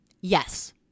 yes